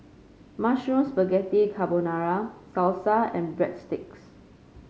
Mushroom Spaghetti Carbonara Salsa and Breadsticks